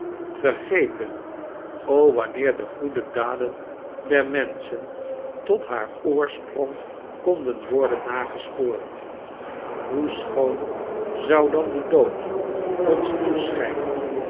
vergeten wanneer de goede daden der menschen tot haar oors prong konden worden nagespoord hoe schoon zou dan de dood ons